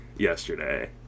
Yesterday